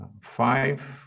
five